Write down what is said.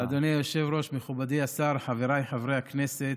אדוני היושב-ראש, מכובדי השר, חבריי חברי הכנסת,